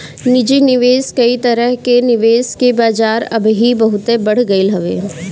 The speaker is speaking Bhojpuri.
निजी निवेश कई तरह कअ निवेश के बाजार अबही बहुते बढ़ गईल हवे